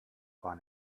war